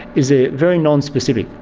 is they are very non-specific.